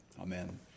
Amen